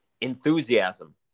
Enthusiasm